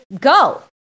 go